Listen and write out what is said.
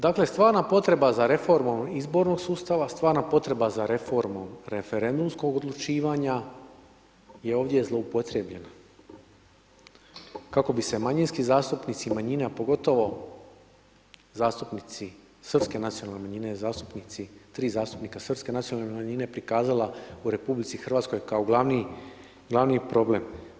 Dakle, stvarna potreba za reformom izbornog sustava, stvarna potreba za reformom referendumskog odlučivanja je ovdje zloupotrijebljena kako bi se manjinski zastupnici i manjine, a pogotovo zastupnici srpske nacionalne manjine, zastupnici, 3 zastupnika srpske nacionalne manjine, prikazala u RH kao glavni problem.